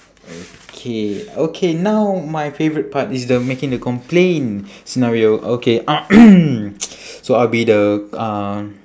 okay okay now my favourite part it's the making the complain so now we'll okay so I'll be the uh